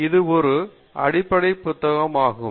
இது ஒரு அடிப்படை புத்தகம் ஆகும்